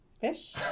Fish